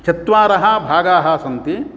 चत्वाराः भागाः सन्ति